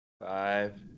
Five